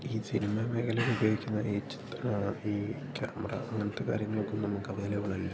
ഈ സിനിമ മേഖലയിലുപയോഗിക്കുന്ന ഈ ചിത്രങ്ങളാണ് ഈ ക്യാമറ അങ്ങനത്തെ കാര്യങ്ങളൊക്കെ നമുക്കവൈലബിളല്ല